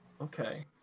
Okay